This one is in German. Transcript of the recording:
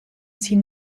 ziehen